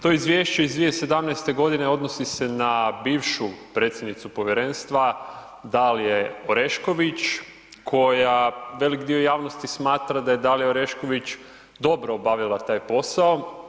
To Izvješće iz 2017. godine odnosi se na bivšu predsjednicu Povjerenstva Dalije Orešković koja velik dio javnosti smatra da je Dalija Orešković dobro obavila taj posao.